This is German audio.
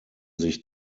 sich